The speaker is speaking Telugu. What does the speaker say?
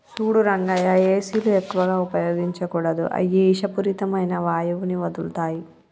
సూడు రంగయ్య ఏసీలు ఎక్కువగా ఉపయోగించకూడదు అయ్యి ఇషపూరితమైన వాయువుని వదులుతాయి